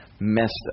messed